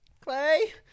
Clay